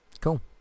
Cool